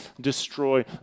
destroy